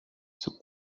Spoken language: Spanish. sus